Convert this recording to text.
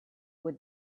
were